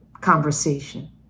conversation